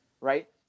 right